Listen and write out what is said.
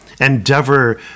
endeavor